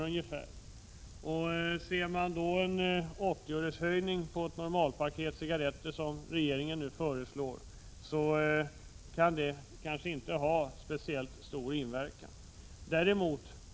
En höjning med 80 öre per RR FATYCKEL OR paket, som regeringen nu föreslår, påverkar kanske inte konsumtionen nämnvärt.